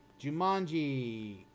Jumanji